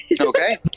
Okay